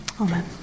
Amen